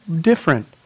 different